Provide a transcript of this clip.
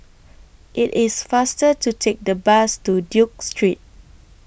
IT IS faster to Take The Bus to Duke Street